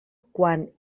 quan